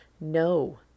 no